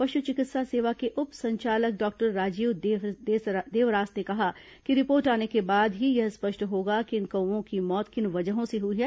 पशु चिकित्सा सेवा के उप संचालक डॉक्टर राजीव देवरास ने कहा कि रिपोर्ट आने के बाद ही यह स्पष्ट होगा कि इन कौवों की मौत किन वजहों से हुई है